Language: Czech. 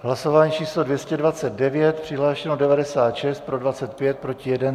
Hlasování číslo 229, přihlášeno 96, pro 25, proti 1.